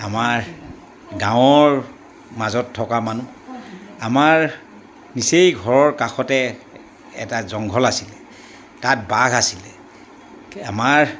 আমাৰ গাঁৱৰ মাজত থকা মানুহ আমাৰ নিচেই ঘৰৰ কাষতে এটা জংঘল আছিলে তাত বাঘ আছিলে আমাৰ